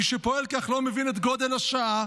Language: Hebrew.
מי שפועל כך, לא מבין את גודל השעה,